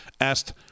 asked